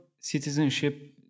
citizenship